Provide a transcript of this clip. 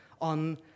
on